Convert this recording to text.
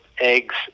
eggs